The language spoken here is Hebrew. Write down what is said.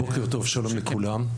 בוקר טוב, שלום לכולם.